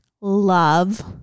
love